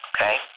okay